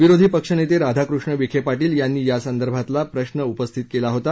विरोधी पक्षनेते राधाकृष्ण विखे पाटील यांनी यासंदर्भातला प्रश्न उपस्थित केला होता